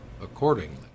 accordingly